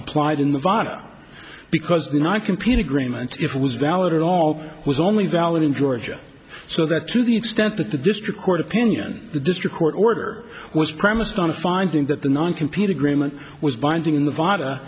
applied in the via because not complete agreement if it was valid at all was only valid in georgia so that to the extent that the district court opinion the district court order was premised on a finding that the non competing agreement was binding in the vada